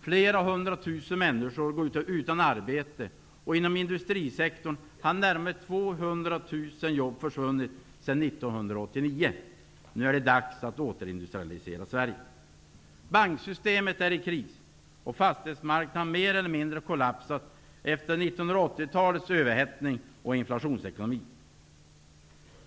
Flera hundra tusen människor går utan arbete. Inom industrisektorn har närmare 200 000 jobb försvunnit sedan 1989. Nu är det dags att återindustrialisera Sverige. Banksystemet är i kris, och fastighetsmarknaden har mer eller mindre kollapsat efter 1980-talets överhettning och inflationsekonomi.